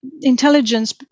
intelligence